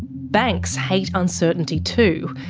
banks hate uncertainty too,